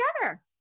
together